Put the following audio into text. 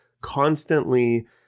constantly